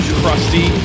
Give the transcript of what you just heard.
crusty